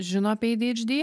žino apie eidždy